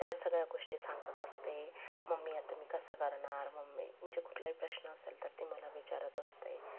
त्या सगळ्या गोष्टी सांगत असते मम्मी आता मी कसं करणार मम्मी म्हणजे कुठलाही प्रश्न असेल तर ती मला विचारत असते